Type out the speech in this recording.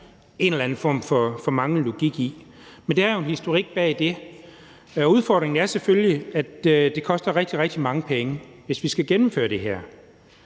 en eller anden form for manglende logik i; men der er jo en historik bag det. Udfordringen er selvfølgelig, at det koster rigtig, rigtig mange penge, hvis vi skal gennemføre det her.